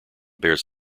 bears